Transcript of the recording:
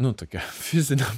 nu tokia fizinio